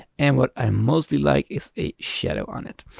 and what i mostly like is a shadow on it.